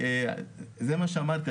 זה מה שאמרתי,